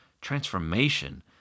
transformation